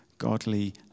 godly